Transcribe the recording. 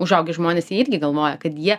užaugę žmonės jie irgi galvoja kad jie